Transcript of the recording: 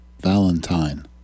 Valentine